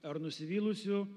ar nusivylusių